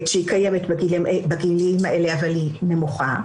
שקיימת בגילאים האלה אבל היא נמוכה,